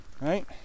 right